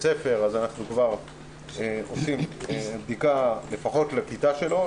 ספר אנחנו כבר עושים בדיקה לפחות לכיתה שלו,